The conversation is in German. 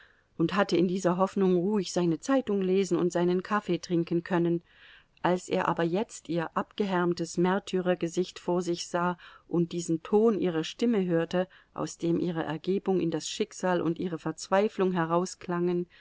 und hatte in dieser hoffnung ruhig seine zeitung lesen und seinen kaffee trinken können als er aber jetzt ihr abgehärmtes märtyrergesicht vor sich sah und diesen ton ihrer stimme hörte aus dem ihre ergebung in das schicksal und ihre verzweiflung